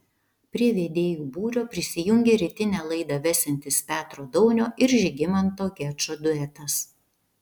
prie vedėjų būrio prisijungė rytinę laidą vesiantis petro daunio ir žygimanto gečo duetas